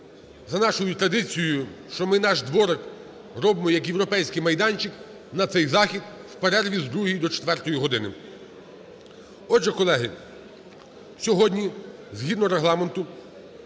за нашою традицією, що ми наш дворик робимо як європейський майданчик, на цей захід у перерві з 2-ї до 4 години. Отже, колеги, сьогодні згідно Регламенту